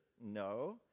no